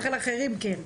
על אחרים כן.